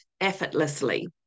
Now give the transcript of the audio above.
effortlessly